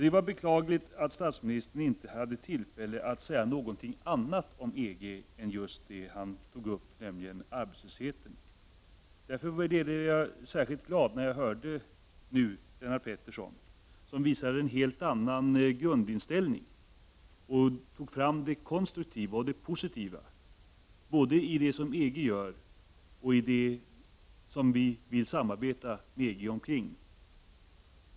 Det var beklagligt att statsministern inte hade tillfälle att säga någonting annat om EG än just det han tog upp, nämligen arbetslösheten. Därför blev jag särskilt glad när jag nu hörde Lennart Pettersson, som visade en helt annan grundinställning och tog fram det konstruktiva och positiva, både i det som EG gör och i det som vi vill samarbeta med EG om.